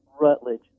Rutledge